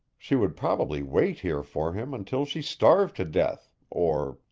she would probably wait here for him until she starved to death or,